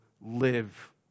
live